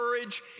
courage